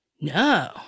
No